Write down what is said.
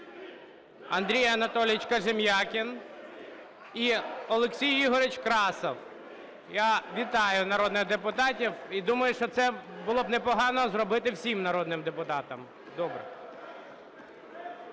Андрій Анатолійович Кожем'якін і Олексій Ігорович Красов. Я вітаю народних депутатів і думаю, що це було б непогано зробити всім народним депутатам. Добре.